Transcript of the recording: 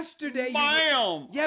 Yesterday